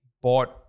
bought